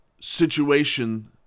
situation